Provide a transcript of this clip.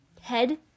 head